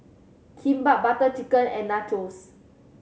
Kimbap Butter Chicken and Nachos